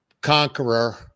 Conqueror